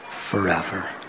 forever